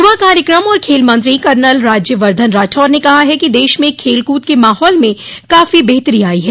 यूवा कार्यक्रम और खेल मंत्री कर्नल राज्यवर्दधन राठौड़ ने कहा है कि देश में खेल कूद के माहौल में काफी बेहतरी आई है